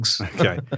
Okay